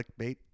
clickbait